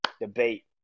debate